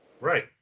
right